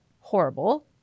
Horrible